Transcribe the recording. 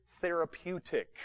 therapeutic